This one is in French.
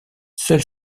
seul